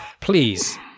please